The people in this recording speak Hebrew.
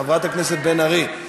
חברת הכנסת בן ארי,